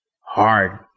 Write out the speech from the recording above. hard